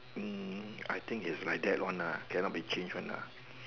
mm I think is like that one lah can not be change one lah